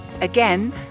Again